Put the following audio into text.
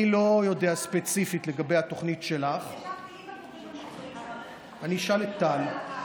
אתה מודע לתוכנית שאני הגשתי?